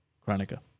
Chronica